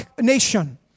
nation